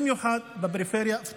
במיוחד בפריפריה.